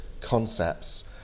concepts